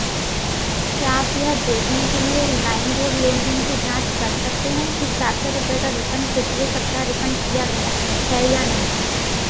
क्या आप यह देखने के लिए लाइम रोड लेन देन की जाँच कर सकते हैं कि सात सौ रुपये का रिफ़ंड पिछले सप्ताह रिफ़ंड किया गया है या नहीं